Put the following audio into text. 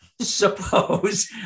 suppose